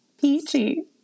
peachy